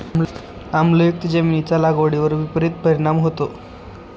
आम्लयुक्त जमिनीचा लागवडीवर विपरीत परिणाम होतो